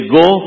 go